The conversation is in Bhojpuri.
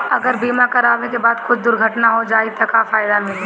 अगर बीमा करावे के बाद कुछ दुर्घटना हो जाई त का फायदा मिली?